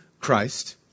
Christ